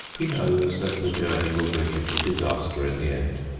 he knows that the journey will bring him to disaster in the end.